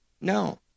No